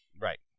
Right